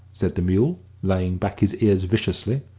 said the mule, laying back his ears viciously.